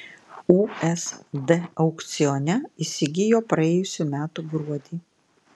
usd aukcione įsigijo praėjusių metų gruodį